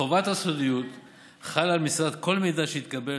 חובת הסודיות חלה על מסירת כל מידע שהתקבל